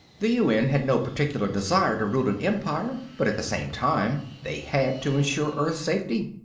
the un had no particular desire to rule an empire, but at the same time they had to insure earth's safety.